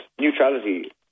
neutrality